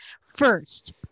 first